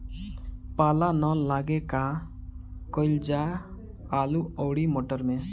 पाला न लागे का कयिल जा आलू औरी मटर मैं?